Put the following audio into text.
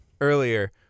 earlier